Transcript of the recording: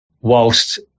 whilst